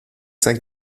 sein